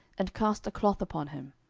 and cast a cloth upon him,